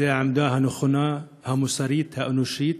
זו העמדה הנכונה, המוסרית, האנושית,